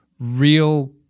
real